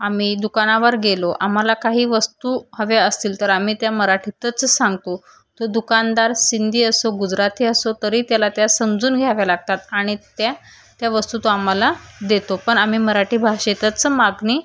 आम्ही दुकानावर गेलो आम्हाला काही वस्तू हव्या असतील तर आम्ही त्या मराठीतच सांगतो तो दुकानदार सिंधी असो गुजराती असो तरी त्याला त्या समजून घ्याव्या लागतात आणि त्या वस्तू तो आम्हाला देतो पन आम्ही मराठी भाषेतच मागनी